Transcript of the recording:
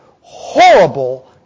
horrible